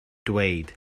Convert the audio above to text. dweud